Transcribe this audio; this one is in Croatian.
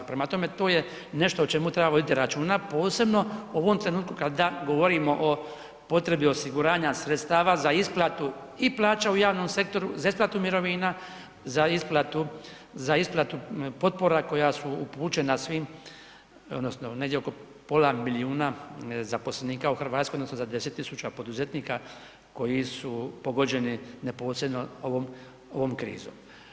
Prema tome, to je nešto o čemu treba voditi računa posebno u ovom trenutku kada govorimo o potrebi osiguranja sredstava za isplatu i plaća u javnom sektoru, za isplatu mirovina, za isplatu potpora koja su upućena svim, odnosno negdje oko pola milijuna zaposlenika u Hrvatskoj, odnosno za 10 tisuća poduzetnika koji su pogođeni neposredno ovom krizom.